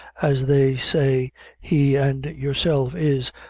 as they say he and yourself is,